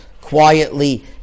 quietly